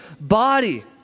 body